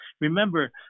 Remember